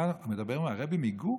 אתה מדבר עם הרעבע מגור?